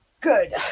Good